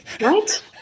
Right